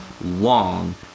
long